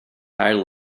higher